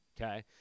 okay